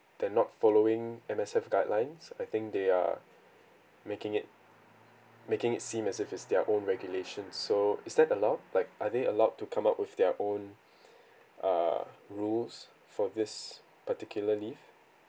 they're not following M_S_F guidelines I think they are making it making it seem as if it's their own regulations so is that allowed like are they allowed to come up with their own err rules for this particularly